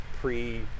pre-